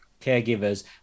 caregivers